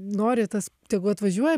nori tas tegu atvažiuoja